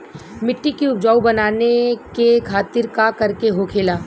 मिट्टी की उपजाऊ बनाने के खातिर का करके होखेला?